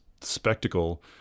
spectacle